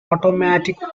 automatic